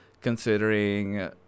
considering